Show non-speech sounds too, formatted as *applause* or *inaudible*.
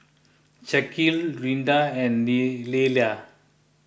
Shaquille Rinda and *unintelligible* Leyla